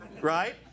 right